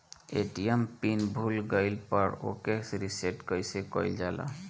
ATM pin भूल गईल पर ओके रीसेट कइसे कइल जाला?